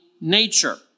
nature